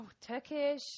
Turkish